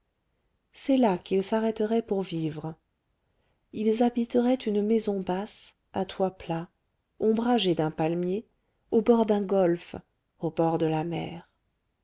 c'est là qu'ils s'arrêteraient pour vivre ils habiteraient une maison basse à toit plat ombragée d'un palmier au fond d'un golfe au bord de la mer